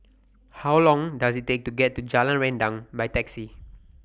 How Long Does IT Take to get to Jalan Rendang By Taxi